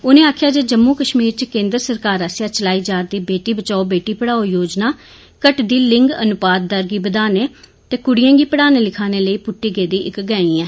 उनें आक्खेया जे जम्मू कश्मीर च केन्द्र सरकार आस्सेया चलाई जा रदी 'बेटी बचाओ बेटी पढ़ाओ' योजना घटदी लिंग अन्पात दर गी बदाने ते क्ड़ियें गी पढ़ाने लिखाने लेई प्ट्टी गेदी इक गैंह ऐ